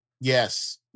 Yes